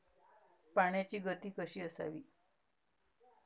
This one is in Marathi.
पाण्याची गती कशी असावी?